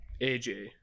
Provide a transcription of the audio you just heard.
AJ